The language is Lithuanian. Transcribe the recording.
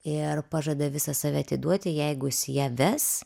ir pažada visą save atiduoti jeigu jis ją ves